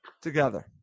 together